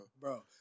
bro